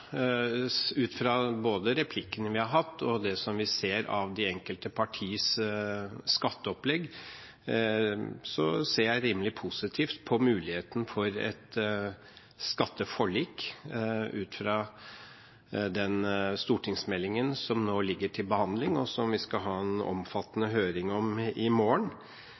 ut fra både replikkene vi har hatt, og det som vi ser av de enkelte partiers skatteopplegg, ser jeg rimelig positivt på muligheten for et skatteforlik ut fra den stortingsmeldingen som nå ligger til behandling, og som vi skal ha en omfattende høring om i